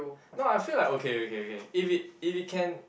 no lah I feel like okay okay okay if it if it can